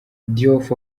diouf